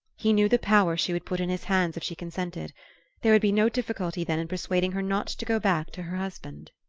he knew the power she would put in his hands if she consented there would be no difficulty then in persuading her not to go back to her husband.